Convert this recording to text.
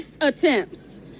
attempts